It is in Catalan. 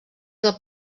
del